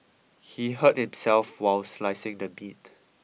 he hurt himself while slicing the meat